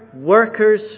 workers